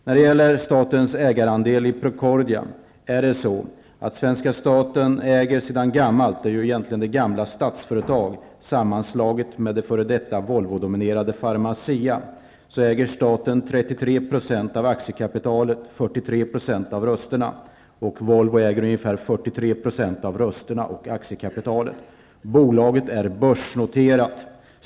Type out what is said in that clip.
När det gäller statens ägarandel i Procordia vill jag påpeka att staten sedan gammalt -- det är ju egentligen det gammla Statsföretag sammanslaget med det f.d. Volvodominerade Pharmacia -- äger Volvo har ungefär 43 % av rösterna och aktiekapitalet. Bolaget är börsnoterat.